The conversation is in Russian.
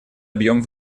объем